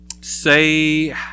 Say